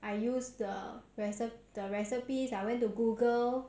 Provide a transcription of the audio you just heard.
I use the reci~ the recipes I went to Google